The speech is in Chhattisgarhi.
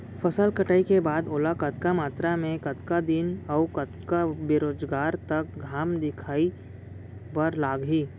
फसल कटाई के बाद ओला कतका मात्रा मे, कतका दिन अऊ कतका बेरोजगार तक घाम दिखाए बर लागही?